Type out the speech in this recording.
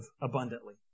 abundantly